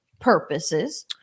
purposes